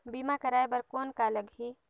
बीमा कराय बर कौन का लगही?